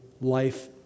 life